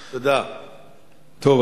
טוב,